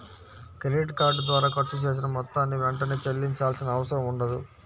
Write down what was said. credit card ద్వారా ఖర్చు చేసిన మొత్తాన్ని వెంటనే చెల్లించాల్సిన అవసరం ఉండదు